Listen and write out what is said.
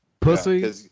Pussy